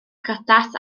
priodas